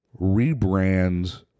rebrand